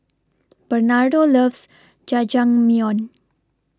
Bernardo loves Jajangmyeon